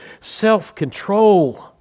self-control